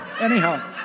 Anyhow